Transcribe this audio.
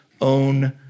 own